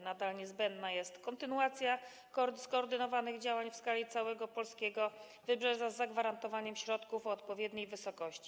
Nadal niezbędna jest kontynuacja skoordynowanych działań w skali całego polskiego wybrzeża z zagwarantowaniem środków o odpowiedniej wysokości.